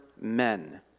men